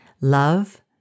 love